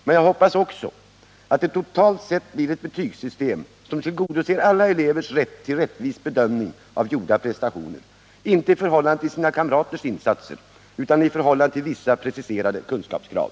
Men jag hoppas också att det totalt sett blir ett betygssystem som tillgodoser alla elevers rätt till en rättvis bedömning av gjorda prestationer — inte i förhållande till sina kamraters insatser utan i förhållande till vissa preciserade kunskapskrav.